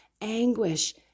anguish